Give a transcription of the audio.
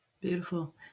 Beautiful